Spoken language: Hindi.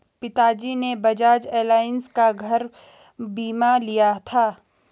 पिताजी ने बजाज एलायंस का घर बीमा लिया था